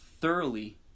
thoroughly